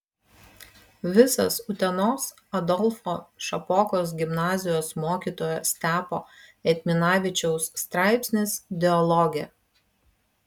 visas utenos adolfo šapokos gimnazijos mokytojo stepo eitminavičiaus straipsnis dialoge